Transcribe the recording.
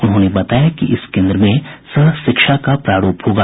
उन्होंने बताया कि इस कोन्द्र में सहशिक्षा का प्रारूप होगा